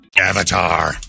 Avatar